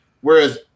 Whereas